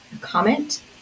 comment